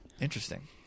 Interesting